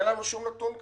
אין לנו שום נתון כזה.